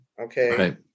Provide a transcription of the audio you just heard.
Okay